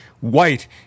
White